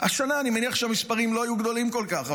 השנה אני מניח שהמספרים לא יהיו גדולים כל כך,